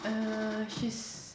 err she's